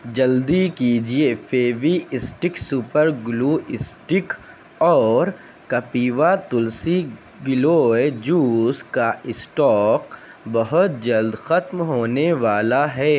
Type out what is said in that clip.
جلدی کیجیے Fevistick super glue stick اور کپیوا تلسی گیلائے جوس کا اسٹاک بہت جلد ختم ہونے والا ہے